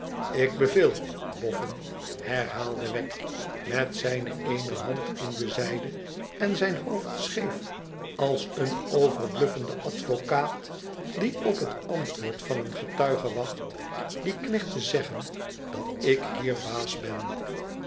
ik beveel boffin herhaalde wegg met zijne ééne hand in de zijde en zijn hoofd scheef ids een overbluffende advocaat die op het antwoord an een tuige wacht dien kivecht te zeggen dat ik hier baas ben